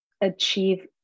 achieve